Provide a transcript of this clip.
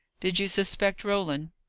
did you suspect roland?